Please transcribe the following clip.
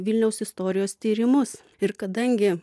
vilniaus istorijos tyrimus ir kadangi